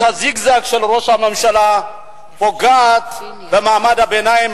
הזיגזג של ראש הממשלה פוגעת במעמד הביניים,